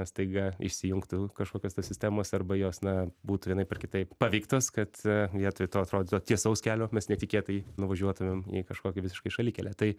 staiga išsijungtų kažkokios tos sistemos arba jos na būtų vienaip ar kitaip paveiktos kad vietoj to atrodytų tiesaus kelio mes netikėtai nuvažiuotumėm į kažkokią visiškai šalikelę tai